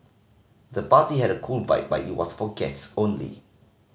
the party had a cool vibe but it was for guests only